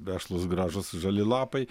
vešlūs gražūs žali lapai